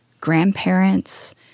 grandparents